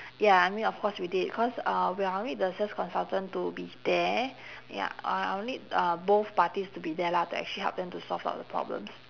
ya I mean of course we did cause uh well I need the sales consultant to be there ya uh I'll need uh both parties to be there lah to actually help them to solve all the problems